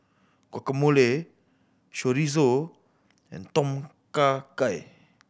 Guacamole Chorizo and Tom Kha Gai